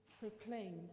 proclaim